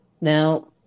Now